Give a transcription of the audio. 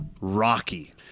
Rocky